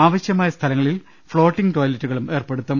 ആവശ്യമായ സ്ഥലങ്ങളിൽ ഫ്ളോട്ടിങ് ടോയ്ലെറ്റുകളും ഏർപ്പെടുത്തും